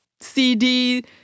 CD